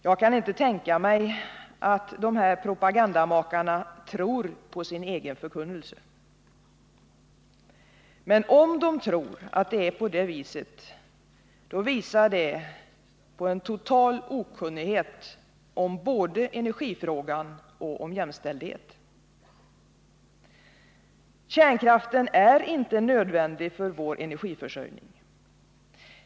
Jag kaninte tänka mig att dessa propagandamakare tror på sin egen förkunnelse. Men om de tror på den visar det på en total okunnighet om både energifrågan och jämställdheten. Kärnkraften är inte nödvändig för vår energiförsörjning.